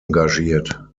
engagiert